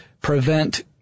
prevent